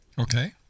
Okay